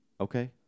Okay